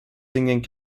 singing